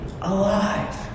alive